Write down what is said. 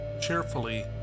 Cheerfully